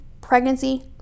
pregnancy